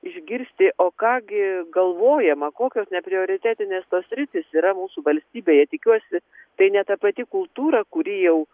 išgirsti o ką gi galvojama kokios neprioritetinės tos sritys yra mūsų valstybėje tikiuosi tai ne ta pati kultūra kuri jau